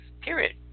Period